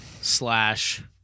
slash